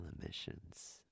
emissions